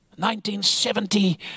1970